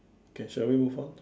okay shall we move on